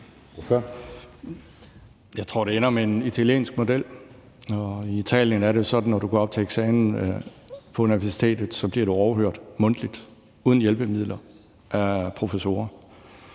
Jeg tror, det ender med en italiensk model, og i Italien er det sådan, at når du går op til eksamen, så bliver du overhørt mundtligt uden hjælpemidler af professorer.